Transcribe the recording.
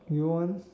you want